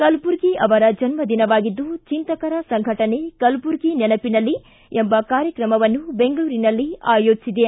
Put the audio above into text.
ಕಲಬುರ್ಗಿ ಅವರ ಜನ್ಮ ದಿನವಾಗಿದ್ದು ಚಿಂತಕರ ಸಂಘಟನೆ ಕಲಬುರ್ಗಿ ನೆನಪಿನಲ್ಲಿ ಎಂಬ ಕಾರ್ಯಕ್ರಮವನ್ನು ಬೆಂಗಳೂರಿನಲ್ಲಿ ಆಯೋಜಿಸಿದೆ